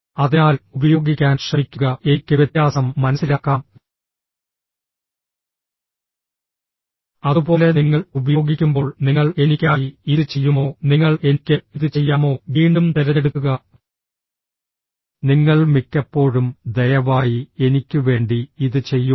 അതിനാൽ ഉപയോഗിക്കാൻ ശ്രമിക്കുക എനിക്ക് വ്യത്യാസം മനസിലാക്കാം അതുപോലെ നിങ്ങൾ ഉപയോഗിക്കുമ്പോൾ നിങ്ങൾ എനിക്കായി ഇത് ചെയ്യുമോ നിങ്ങൾ എനിക്ക് ഇത് ചെയ്യാമോ വീണ്ടും തിരഞ്ഞെടുക്കുക നിങ്ങൾ മിക്കപ്പോഴും ദയവായി എനിക്കുവേണ്ടി ഇത് ചെയ്യുമോ